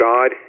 God